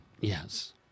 yes